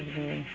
ಇದೂ